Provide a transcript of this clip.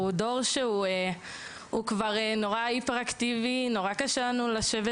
אנחנו דור שהוא נורא היפר אקטיבי, שקשה לו לשבת